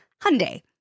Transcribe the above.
Hyundai